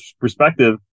perspective